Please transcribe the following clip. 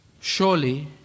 Surely